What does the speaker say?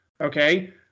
okay